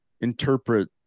interpret